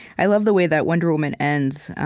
i love the way that wonder woman ends.